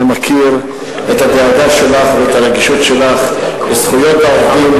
אני מכיר את הדאגה שלך ואת הרגישות שלך לזכויות העובדים,